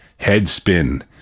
Headspin